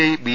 I B